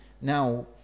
now